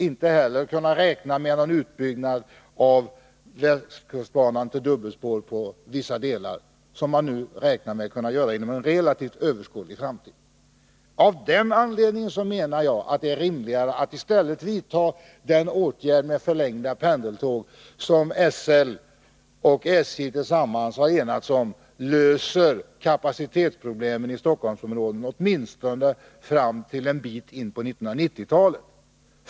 Inte heller hade vi kunnat räkna med någon utbyggnad av Västkustbanan till dubbelspår på vissa delar, som man nu räknar med att kunna göra inom en relativt överskådlig framtid. Av den anledningen menar jag att det är rimligt att i stället vidta den åtgärd, nämligen förlängda pendeltåg, som enligt vad SL och SJ tillsammans har enats om löser kapacitetsproblemen i Stockholmsområdet, åtminstone fram till en bit in på 1990-talet.